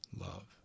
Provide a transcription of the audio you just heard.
love